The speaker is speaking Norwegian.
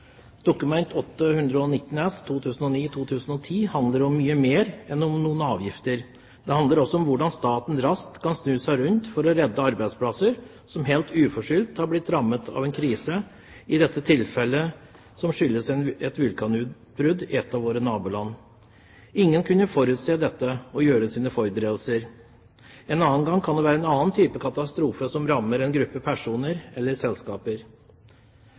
Dokument 8:119 S for 2009–2010 handler om mye mer enn om noen avgifter. Det handler også om hvordan staten raskt kan snu seg rundt for å redde arbeidsplasser der man helt uforskyldt har blitt rammet av en krise, i dette tilfellet et vulkanutbrudd i et av våre naboland. Ingen kunne ha forutsett dette og gjort sine forberedelser. En annen gang kan det være en annen type katastrofe som rammer en gruppe personer eller selskaper.